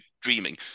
dreaming